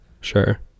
Sure